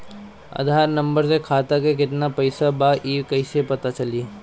आधार number से खाता में केतना पईसा बा ई क्ईसे पता चलि?